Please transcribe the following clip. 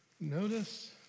Notice